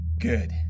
Good